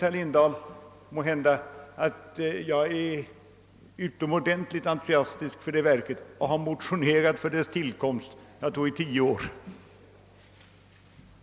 Herr Lundström har på ett utförligt sätt redogjort för majoritetens motivering; det behöver alltså inte jag göra. Herr talman! Jag yrkar bifall till utskottets förslag.